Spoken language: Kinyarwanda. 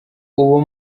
ubu